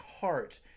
heart